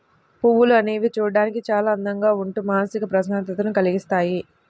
పువ్వులు అనేవి చూడడానికి చాలా అందంగా ఉంటూ మానసిక ప్రశాంతతని కల్గిస్తాయి